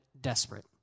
desperate